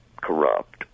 corrupt